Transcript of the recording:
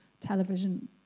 television